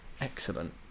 Excellent